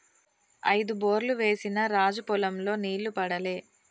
ఐదు బోర్లు ఏసిన రాజు పొలం లో నీళ్లు పడలే